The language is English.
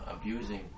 abusing